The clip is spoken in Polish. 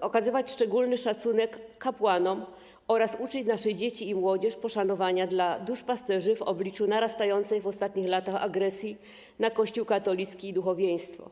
okazywać szczególny szacunek kapłanom oraz uczyć nasze dzieci i młodzież poszanowania dla duszpasterzy w obliczu narastającej w ostatnich latach agresji wobec Kościoła katolickiego i duchowieństwa.